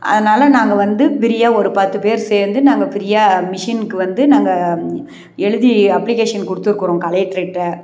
அதனால் நாங்கள் வந்து ஃபிரீயா ஒரு பத்து பேர் சேர்ந்து நாங்கள் ஃப்ரீயா மிஷினுக்கு வந்த நாங்கள் எழுதி அப்ளிகேஷன் கொடுத்துருக்குறோம் கலெக்டர்ட்ட